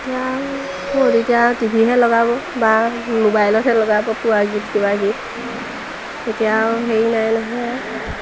এতিয়া ক'ত এতিয়া টিভিহে লগাব বা মোবাইলতহে লগাব পোৱা গীত কিবা গীত তেতিয়া হেৰি নাই নহয়